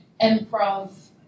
improv